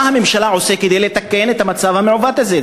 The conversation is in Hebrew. מה הממשלה עושה כדי לתקן את המצב המעוות הזה.